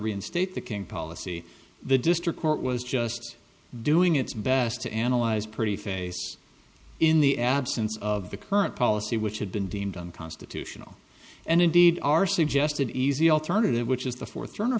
reinstate the king policy the district court was just doing its best to analyze pretty face in the absence of the current policy which had been deemed unconstitutional and indeed our suggested easy alternative which is the fourth